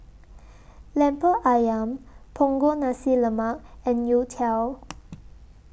Lemper Ayam Punggol Nasi Lemak and Youtiao